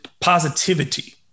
positivity